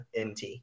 nt